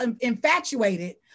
infatuated